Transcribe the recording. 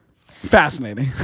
Fascinating